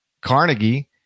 Carnegie